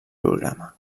programa